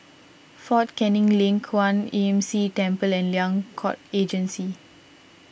fort Canning Link Kwan Imm See Temple and Liang Court Regency